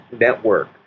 network